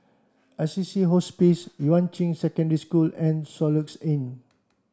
Assisi Hospice Yuan Ching Secondary School and Soluxe Inn